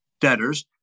debtors